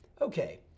okay